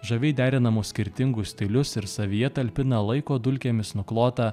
žaviai derinamus skirtingus stilius ir savyje talpina laiko dulkėmis nuklotą